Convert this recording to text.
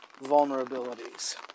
vulnerabilities